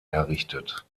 errichtet